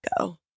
go